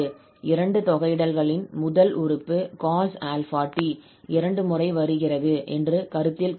இரண்டு தொகையிடல்களின் முதல் உறுப்பு cos 𝛼𝑡 இரண்டு முறை வருகிறது என்று கருத்தில் கொண்டோம்